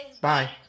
Bye